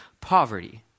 poverty